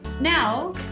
Now